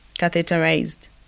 catheterized